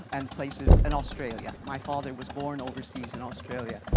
and places, and australia. my father was born overseas in australia,